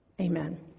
Amen